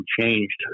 changed